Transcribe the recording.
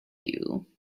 you